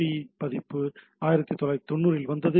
B பதிப்பு ஒன்று 1990 ல் வந்தது